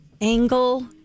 angle